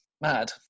mad